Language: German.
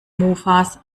mofas